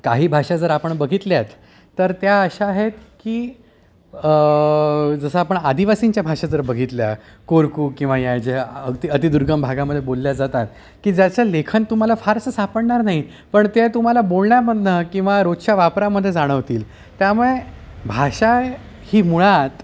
काही भाषा जर आपण बघितल्यात तर त्या अशा आहेत की जसं आपण आदिवासींच्या भाषा जर बघितल्या कोरकू किंवा या ज्या अगदी अतिदुर्गम भागामध्ये बोलल्या जातात की ज्याचं लेखन तुम्हाला फारसं सापडणार नाही पण त्या तुम्हाला बोलण्यामधून किंवा रोजच्या वापरामध्ये जाणवतील त्यामुळे भाषा ही मुळात